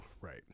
Right